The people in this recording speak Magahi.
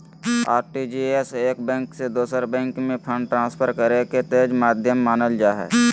आर.टी.जी.एस एक बैंक से दोसर बैंक में फंड ट्रांसफर करे के तेज माध्यम मानल जा हय